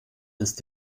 ist